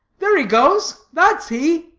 there he goes that's he.